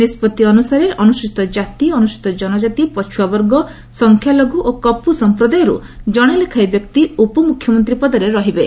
ନିଷ୍କଭି ଅନୁସାରେ ଅନୁସ୍ଚିତ କାତି ଅନୁସ୍ଚିତ ଜନକାତି ପଛୁଆ ବର୍ଗ ସଂଖ୍ୟାଲଘୁ ଓ କପୁ ସମ୍ପ୍ରଦାୟରୁ ଜଣେ ଲେଖାଏଁ ବ୍ୟକ୍ତି ଉପମୁଖ୍ୟମନ୍ତ୍ରୀ ପଦରେ ରହିବେ